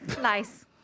nice